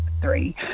three